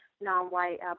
non-white